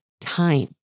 time